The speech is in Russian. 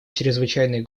чрезвычайной